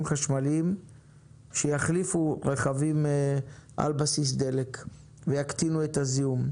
חשמליים שיחליפו רכבים על בסיס דלק ויקטינו את הזיהום.